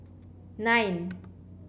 nine